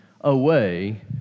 away